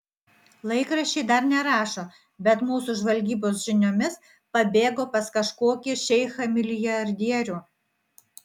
laikraščiai dar nerašo bet mūsų žvalgybos žiniomis pabėgo pas kažkokį šeichą milijardierių